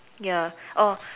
ya